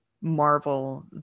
Marvel